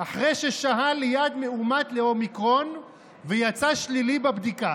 אחרי ששהה ליד מאומת לאומיקרון ויצא שלילי בבדיקה".